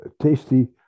tasty